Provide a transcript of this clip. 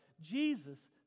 Jesus